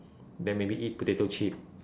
then maybe eat potato chip